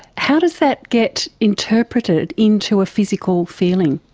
how does that get interpreted into a physical feeling?